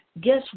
guess